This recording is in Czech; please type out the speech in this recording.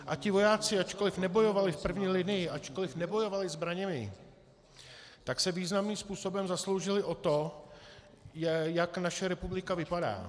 A ti vojáci, ačkoliv nebojovali v první linii, ačkoliv nebojovali zbraněmi, tak se významným způsobem zasloužili o to, jak naše republika vypadá.